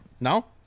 no